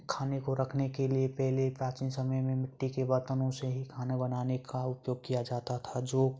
खाने को रखने के लिए पहले प्राचीन समय में मिट्टी के बर्तनों से ही खाना बनाने का उपयोग किया जाता था जो